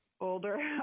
older